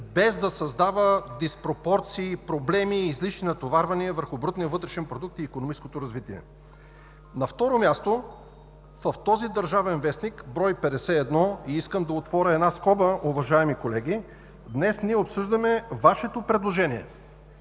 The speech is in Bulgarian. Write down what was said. без да създава диспропорции, проблеми и излишни натоварвания върху брутния вътрешен продукт и икономическото развитие. На второ място, в този „Държавен вестник“, брой 51 – искам да отворя една скоба, уважаеми колеги, днес обсъждаме Вашето предложение.